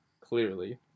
clearly